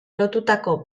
lotutako